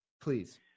Please